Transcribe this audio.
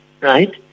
right